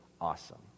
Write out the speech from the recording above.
awesome